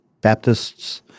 Baptist's